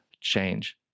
change